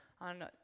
on